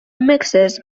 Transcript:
remixes